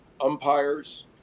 umpires